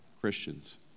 christians